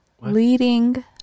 leading